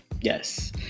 Yes